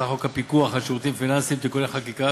חוק הפיקוח על שירותים פיננסיים (תיקוני חקיקה),